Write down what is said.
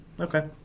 Okay